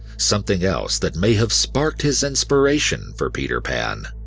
something else that may have sparked his inspiration for peter pan.